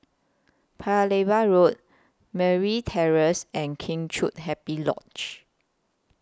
Paya Lebar Road Merryn Terrace and Kheng Chiu Happy Lodge